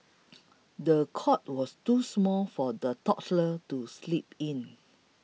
the cot was too small for the toddler to sleep in